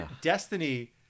Destiny